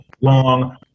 long